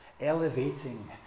elevating